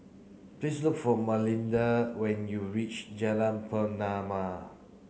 please look for Malinda when you reach Jalan Pernama